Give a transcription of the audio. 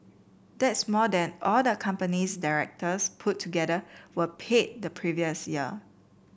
that's more than all the company's directors put together were paid the previous year